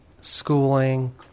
schooling